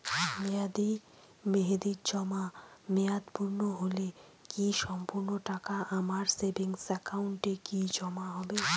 মেয়াদী মেহেদির জমা মেয়াদ পূর্ণ হলে কি সম্পূর্ণ টাকা আমার সেভিংস একাউন্টে কি জমা হবে?